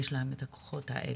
יש להם את הכוחות האלה.